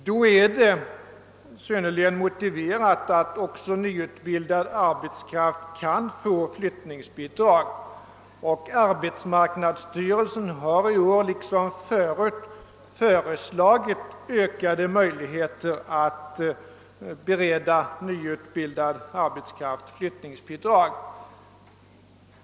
Det är då synnerligen motiverat att också nyutbildad arbetskraft kan få flyttningsbidrag, och arbetsmarknadsstyrelsen har i år liksom tidigare föreslagit ökade möjligheter att bereda nyutbildad arbetskraft flyttningsbidrag.